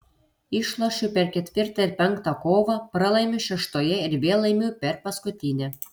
išlošiu per ketvirtą ir penktą kovą pralaimiu šeštoje ir vėl laimiu per paskutinę